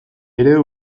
eredu